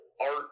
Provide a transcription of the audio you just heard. Art